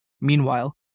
Meanwhile